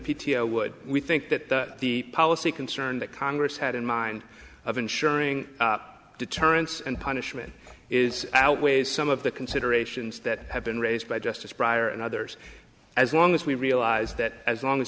o would we think that the policy concern that congress had in mind of ensuring deterrence and punishment is outweighs some of the considerations that have been raised by justice pryor and others as long as we realize that as long as